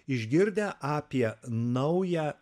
išgirdę apie naują